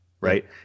Right